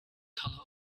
color